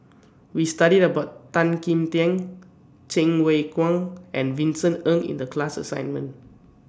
We studied about Tan Kim Tian Cheng Wai Keung and Vincent Ng in The class assignment